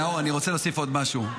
--- נאור, אני רוצה להוסיף עוד משהו.